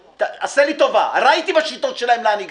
עשה לי טובה, ראיתי לאן הגעתם עם השיטות שלכם.